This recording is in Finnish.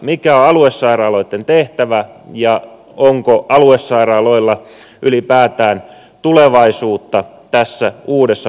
mikä on aluesairaaloitten tehtävä ja onko aluesairaaloilla ylipäätään tulevaisuutta tässä uudessa mallissa